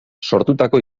sortutako